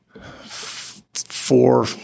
four